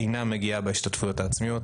הפרוגרסיביות אינה מגיעה בהשתתפויות העצמיות,